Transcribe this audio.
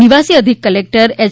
નિવાસી અધિક કલેક્ટર એય